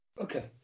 Okay